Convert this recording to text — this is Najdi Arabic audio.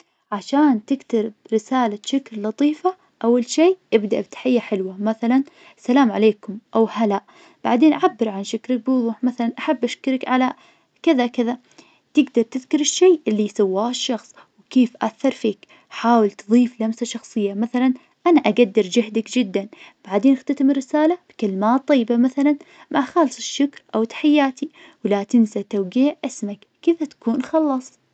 عشان تكتب رسالة شكر لطيفة، أول شي ابدأ بتحية حلوة، مثلاً, السلام عليكم أو هلا, بعدين، عبر عن شكرك بوضوح، مثلاً أحب أشكرك على كذا كذا. تقدر تذكر الشي اللي سواه الشخص, وكيف أثر فيك. حاول تضيف لمسة شخصية، مثلاً أنا أقدر جهدك جدًا. بعدين، اختتم الرسالة بكلمات طيبة مثلاً, مع خالص الشكر أو تحياتي. ولا تنسى توقيع اسمك. كذا تكون خلصت.